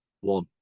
One